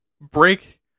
Break